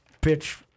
pitch